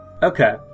Okay